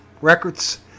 Records